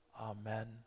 Amen